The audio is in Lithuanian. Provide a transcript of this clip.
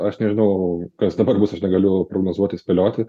aš nežinau kas dabar bus aš negaliu prognozuoti spėlioti